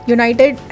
United